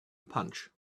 punch